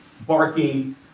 barking